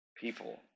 people